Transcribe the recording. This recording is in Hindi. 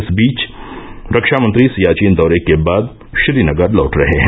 इस बीच रक्षामंत्री सियाचिन दौरे के बाद श्रीनगर लौट रहे हैं